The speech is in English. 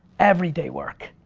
every day work.